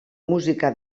música